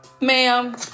ma'am